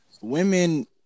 women